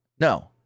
No